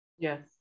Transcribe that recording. Yes